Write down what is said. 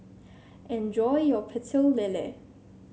enjoy your Pecel Lele